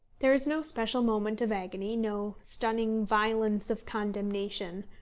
there is no special moment of agony no stunning violence of condemnation.